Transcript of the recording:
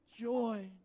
Joy